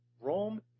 Rome